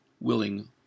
willing